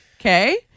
Okay